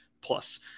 plus